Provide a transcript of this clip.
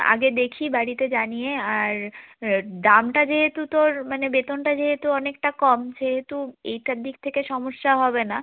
আগে দেখি বাড়িতে জানিয়ে আর দামটা যেহেতু তোর মানে বেতনটা যেহেতু অনেকটা কম সেহেতু এইটার দিক থেকে সমস্যা হবে না